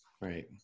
right